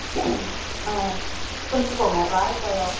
ஆ குறிச்சிகோங்க வாழப்பழம்